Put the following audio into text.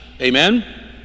Amen